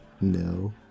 No